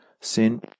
Sin